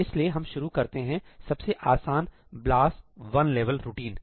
इसलिए हम शुरू करते हैं सबसे आसान ब्लास वन लेवल रूटीन से